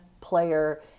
player